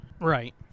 Right